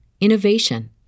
innovation